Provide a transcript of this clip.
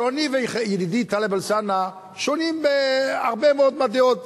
הלוא אני וידידי טלב אלסאנע שונים בהרבה מאוד מהדעות.